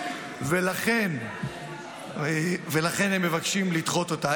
ולכן הם מבקשים לדחות אותה.